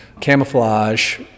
camouflage